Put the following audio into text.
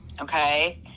Okay